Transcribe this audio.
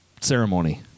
ceremony